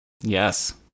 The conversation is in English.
yes